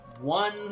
One